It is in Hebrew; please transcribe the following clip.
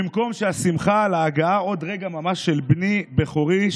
במקום שהשמחה על ההגעה עוד רגע ממש של בני בכורי,